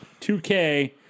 2K